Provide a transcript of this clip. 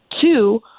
Two